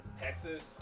Texas